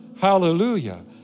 hallelujah